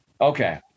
Okay